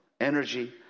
energy